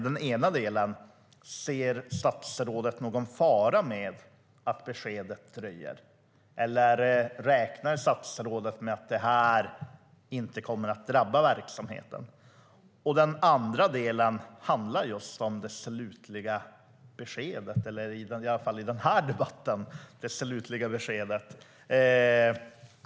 Den ena är: Ser statsrådet någon fara med att beskedet dröjer, eller räknar statsrådet med att det inte kommer att drabba verksamheten? Den andra handlar just om det slutliga beskedet, i alla fall i den här debatten.